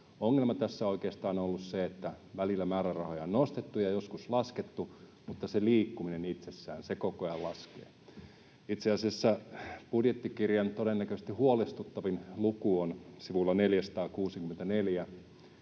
Ongelma tässä on oikeastaan ollut se, että välillä määrärahoja on nostettu ja joskus laskettu mutta se liikkuminen itsessään koko ajan laskee. Itse asiassa budjettikirjan todennäköisesti huolestuttavin luku on sivulla 464: